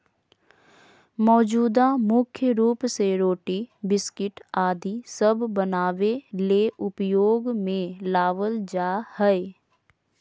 मैदा मुख्य रूप से रोटी, बिस्किट आदि सब बनावे ले उपयोग मे लावल जा हय